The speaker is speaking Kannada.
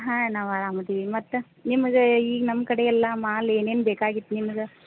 ಹಾಂ ನಾವು ಆರಾಮ ಅದೀವಿ ಮತ್ತು ನಿಮ್ಗೆ ಈಗ ನಮ್ಮ ಕಡೆಯೆಲ್ಲ ಮಾಲು ಏನೇನು ಬೇಕಾಗಿತ್ತು ನಿಮ್ಗೆ